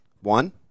One